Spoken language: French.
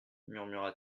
murmura